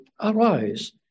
Arise